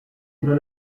tre